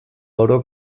oro